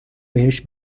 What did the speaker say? بهش